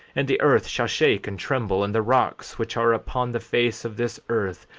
and the earth shall shake and tremble and the rocks which are upon the face of this earth,